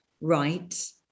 right